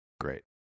great